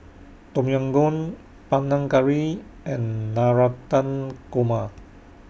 Tom Yam Goong Panang Curry and Navratan Korma